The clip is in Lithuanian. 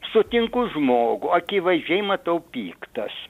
sutinku žmogų akivaizdžiai matau piktas